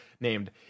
named